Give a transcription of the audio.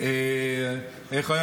ראש הממשלה,